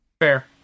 Fair